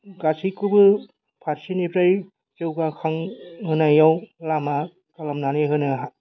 गासैखौबो फारसेनिफ्राय जौगाखां होनायाव लामा खालामनानै होनो